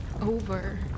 Over